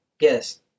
Yes